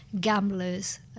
gamblers